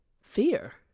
Fear